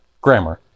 Grammar